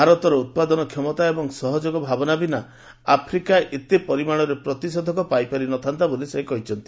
ଭାରତର ଉତ୍ପାଦନ କ୍ଷମତା ଏବଂ ସହଯୋଗ ଭାବନା ବିନା ଆଫ୍ରିକା ଏତେ ପରିମାଣରେ ପ୍ରତିଷେଧକ ପାଇପାରି ନଥାନ୍ତା ବୋଲି ସେ କହିଛନ୍ତି